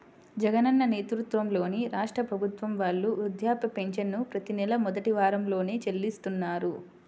జగనన్న నేతృత్వంలోని రాష్ట్ర ప్రభుత్వం వాళ్ళు వృద్ధాప్య పెన్షన్లను ప్రతి నెలా మొదటి వారంలోనే చెల్లిస్తున్నారు